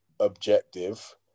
Objective